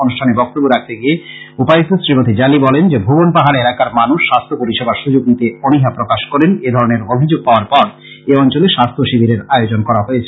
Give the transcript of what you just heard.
অনুষ্ঠানে বক্তব্য রাখতে গিয়ে উপায়ুক্ত শ্রীমতি জল্লী বলেন যে ভূবন পাহাড় এলাকার মানুষ স্বাস্থ্য পরিষেবার সুযোগ নিতে অনীহা প্রকাশ করেন এধরনের অভিযোগ পাওয়ার পর এ অঞ্চলে স্বাস্থ্য শিবিরের আয়োজন করা হয়েছে